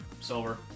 Silver